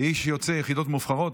איש יוצא יחידות מובחרות,